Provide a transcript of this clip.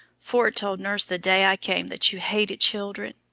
ford told nurse the day i came that you hated children.